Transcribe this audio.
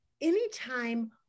anytime